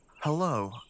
Hello